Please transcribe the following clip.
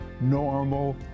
normal